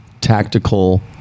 tactical